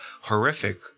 horrific